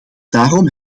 daarom